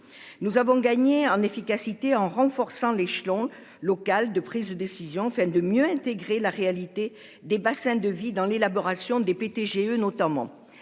Nous avons gagné en efficacité, en renforçant l'échelon local de prise de décision enfin de mieux intégrer la réalité des bassins de vie dans l'élaboration des GE notamment